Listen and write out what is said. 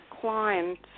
clients